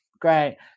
great